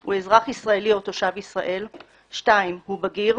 הוא אזרח ישראלי או תושב ישראל, הוא בגיר,